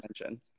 mention